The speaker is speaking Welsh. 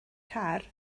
car